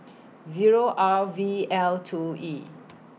Zero R V L two E